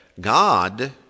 God